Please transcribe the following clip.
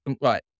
right